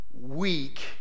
weak